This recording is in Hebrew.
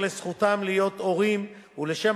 בכל הקשור לזכותם להיות הורים ולשם